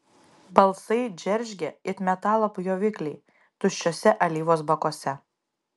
balsai džeržgė it metalo pjovikliai tuščiuose alyvos bakuose